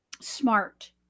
smart